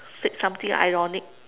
said something ironic